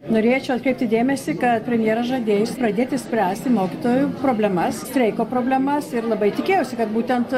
norėčiau atkreipti dėmesį kad premjeras žadėjo pradėti spręsti mokytojų problemas streiko problemas ir labai tikėjausi kad būtent